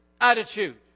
attitude